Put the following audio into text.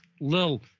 Lil